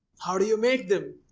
how do you make them?